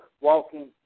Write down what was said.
walking